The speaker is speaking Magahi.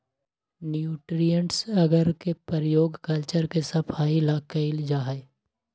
न्यूट्रिएंट्स अगर के प्रयोग कल्चर के सफाई ला कइल जाहई